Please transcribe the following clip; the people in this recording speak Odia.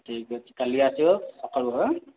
ଠିକ୍ ଅଛି କାଲି ଆସିବ ସକାଳୁ ହାଁ